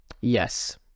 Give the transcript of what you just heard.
Yes